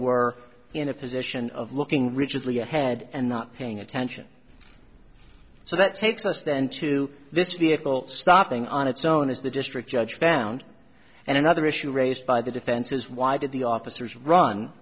were in a position of looking rigidly ahead and not paying attention so that takes us then to this vehicle stopping on its own is the district judge found and another issue raised by the defense is why did the officers run